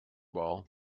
ball